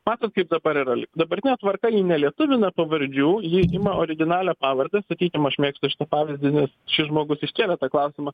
matot kaip dabar yra dabartinė tvarka ji nelietuvina pavardžių ji ima originalią pavardę sakykim aš mėgstu šitą pavyzdį nes šis žmogus iškėlė tą klausimą